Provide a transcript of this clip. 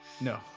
No